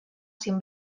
sin